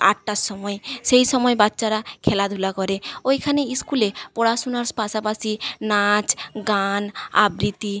আটটার সময়ে সেই সময়ে বাচ্চারা খেলাধুলা করে ওইখানে স্কুলে পড়াশোনার পাশাপাশি নাচ গান আবৃত্তি